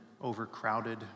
overcrowded